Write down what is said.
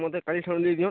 ମୋତେ କାଲି ସମୟ ଦେଇ ଦିଅନ୍